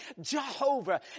Jehovah